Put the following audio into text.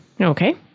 Okay